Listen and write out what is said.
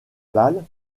balle